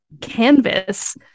canvas